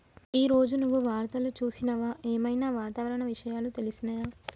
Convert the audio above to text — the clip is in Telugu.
ఈ రోజు నువ్వు వార్తలు చూసినవా? ఏం ఐనా వాతావరణ విషయాలు తెలిసినయా?